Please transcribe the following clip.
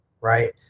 right